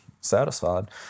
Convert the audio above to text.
satisfied